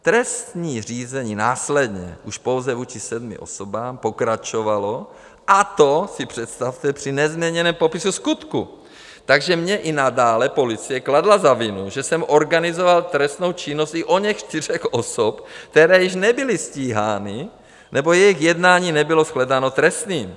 Trestní řízení následně už pouze vůči sedmi osobám pokračovalo, a to si představte, při nezměněném popisu skutku, takže mně i nadále policie kladla za vinu, že jsem organizoval trestnou činnost i oněch čtyř osob, které již nebyly stíhány nebo jejich jednání nebylo shledáno trestným.